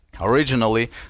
Originally